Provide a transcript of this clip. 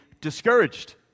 discouraged